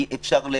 אי-אפשר.